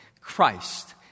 Christ